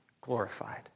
glorified